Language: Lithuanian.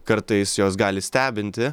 kartais jos gali stebinti